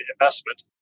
investment